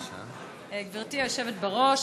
גברתי היושבת בראש,